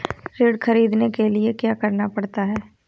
ऋण ख़रीदने के लिए क्या करना पड़ता है?